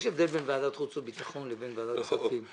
יש הבדל בין ועדת חוץ וביטחון לוועדת הכספים.